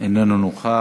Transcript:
איננו נוכח,